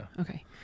Okay